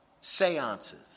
seances